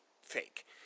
fake